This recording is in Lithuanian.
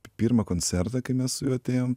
pirmą koncertą kai mes su juo atėjom